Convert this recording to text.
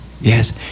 yes